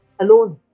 alone